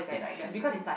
increasing